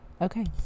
Okay